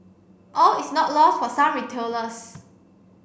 all is not lost for some retailers